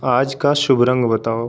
आज का शुभ रंग बताओ